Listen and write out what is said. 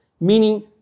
meaning